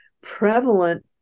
prevalent